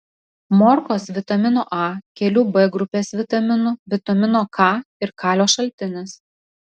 morkos vitamino a kelių b grupės vitaminų vitamino k ir kalio šaltinis